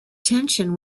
tension